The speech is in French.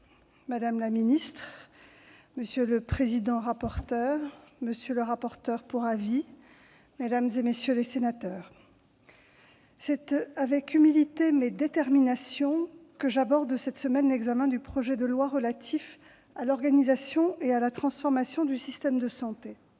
supérieur, monsieur le rapporteur, messieurs les rapporteurs pour avis, mesdames, messieurs les sénateurs, c'est avec humilité, mais détermination, que j'aborde, cette semaine, l'examen du projet de loi relatif à l'organisation et à la transformation du système de santé.